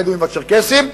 הבדואים והצ'רקסים,